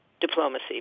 diplomacy